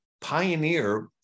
pioneer